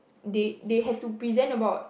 they they have to present about